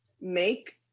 make